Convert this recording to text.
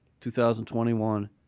2021